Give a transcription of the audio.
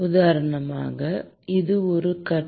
உதாரணமாக இது ஒரு கட்டத்தில் ஏற்படலாம்